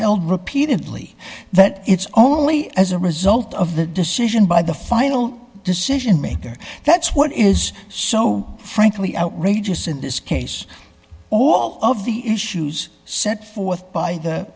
held repeatedly that it's only as a result of the decision by the final decision maker that's what is so frankly outrageous in this case all of the issues set forth by the